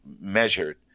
measured